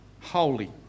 holy